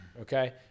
Okay